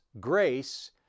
grace